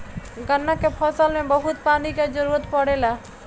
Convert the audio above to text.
गन्ना के फसल में बहुत पानी के जरूरत पड़ेला